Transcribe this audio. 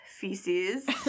feces